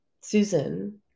Susan